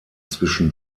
zwischen